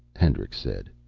hendricks said.